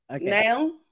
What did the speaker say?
Now